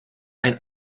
ein